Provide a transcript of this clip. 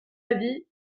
avis